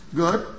good